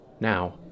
Now